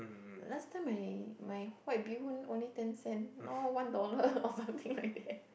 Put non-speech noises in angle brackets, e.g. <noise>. last time my my white bee-hoon only ten cent now one dollar <laughs> or something like that <laughs>